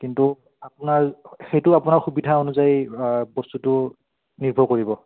কিন্তু আপোনাৰ সেইটো আপোনাৰ সুবিধা অনুযায়ী বস্তুটো নিৰ্ভৰ কৰিব